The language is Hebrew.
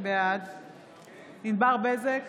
בעד ענבר בזק,